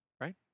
Right